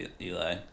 Eli